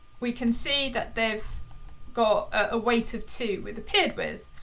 we can see that they've got a weight of two with appeared with,